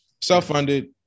Self-funded